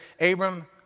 Abram